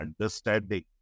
understanding